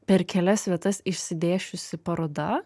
per kelias vietas išsidėsčiusi paroda